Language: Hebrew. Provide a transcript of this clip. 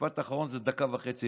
משפט אחרון זה דקה וחצי.